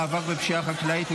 מאבק בפשיעה החקלאית),